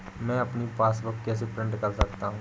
मैं अपनी पासबुक कैसे प्रिंट कर सकता हूँ?